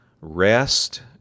rest